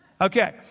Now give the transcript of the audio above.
Okay